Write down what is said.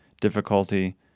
difficulty